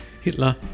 Hitler